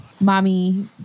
mommy